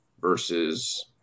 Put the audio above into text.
versus